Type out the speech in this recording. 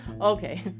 Okay